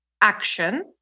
action